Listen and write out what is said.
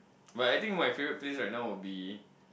but I think my favourite place would be